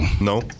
no